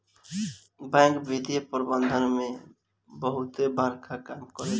bank वित्तीय प्रबंधन में बहुते बड़का काम करेला